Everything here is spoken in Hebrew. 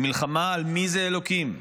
היא מלחמה על מי זה אלוקים,